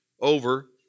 over